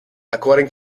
according